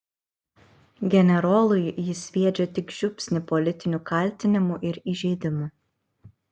generolui jis sviedžia tik žiupsnį politinių kaltinimų ir įžeidimų